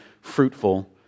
fruitful